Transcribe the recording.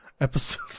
Episode